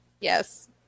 yes